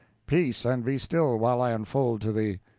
peace, and be still while i unfold to thee.